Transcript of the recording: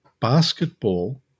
basketball